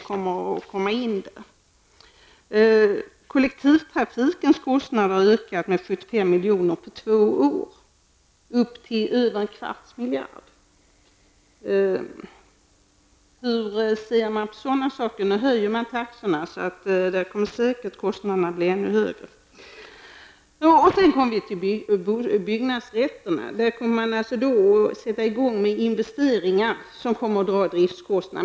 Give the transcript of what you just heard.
Kostnaderna för kollektivtrafiken har ökat med 75 miljoner på två år. Dessa kostnader uppgår nu till mer än en kvarts miljard. Hur ser man på sådana saker? Nu höjs taxorna, så kostnaderna kommer säkert att bli ännu högre. Så något om byggnadsrätterna. Man kommer att sätta i gång med investeringar som kommer att innebära driftskostnader.